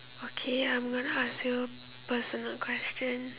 okay I'm gonna ask you personal question